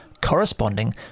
corresponding